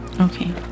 Okay